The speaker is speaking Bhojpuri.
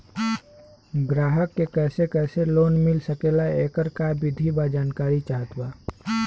ग्राहक के कैसे कैसे लोन मिल सकेला येकर का विधि बा जानकारी चाहत बा?